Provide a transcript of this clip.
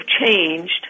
changed